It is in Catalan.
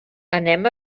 anem